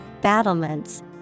battlements